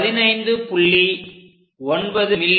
9 mm